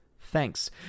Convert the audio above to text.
Thanks